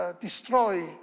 destroy